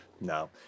no